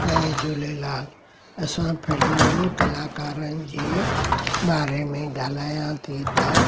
जय झूलेलाल असां फिल्मनि कलाकारनि जी बारे में ॻाल्हायां थी त